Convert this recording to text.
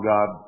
God